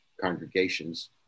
congregations